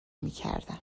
میکردم